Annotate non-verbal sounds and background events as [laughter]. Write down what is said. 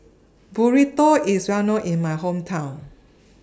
Burrito IS Well known in My Hometown [noise]